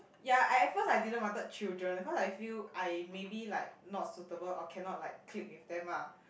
yea at at first I didn't wanted children cause I feel I maybe like not suitable or cannot like click with them ah